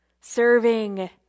Serving